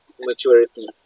maturity